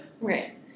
Right